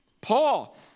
Paul